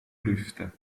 lüfte